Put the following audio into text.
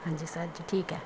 ਹਾਂਜੀ ਸਰ ਜੀ ਠੀਕ ਹੈ